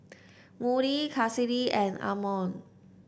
Moody Kassidy and Amon